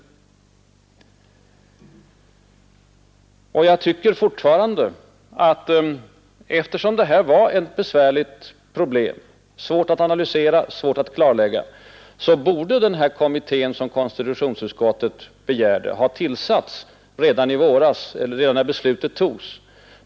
Jag tycker fortfarande att eftersom det här var ett besvärligt problem — svårt att analysera, svårt att klarlägga — borde den kommitté som konstitutionsutskottet begärde ha tillsatts redan när beslutet om annonsskatten togs.